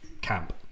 Camp